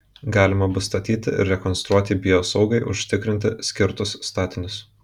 galima bus statyti ir rekonstruoti biosaugai užtikrinti skirtus statinius